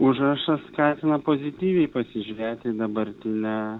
užrašas skatina pozityviai pasižiūrėti į dabartinę